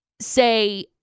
say